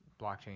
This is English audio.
blockchain